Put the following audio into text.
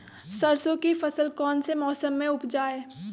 सरसों की फसल कौन से मौसम में उपजाए?